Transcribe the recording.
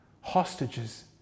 hostages